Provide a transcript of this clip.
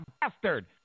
bastard